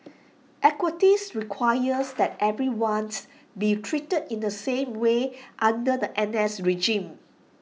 equities requires that everyone's be treated in the same way under the N S regime